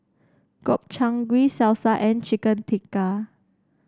Gobchang Gui Salsa and Chicken Tikka